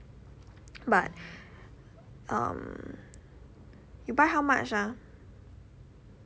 but um you buy how much ah